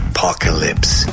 Apocalypse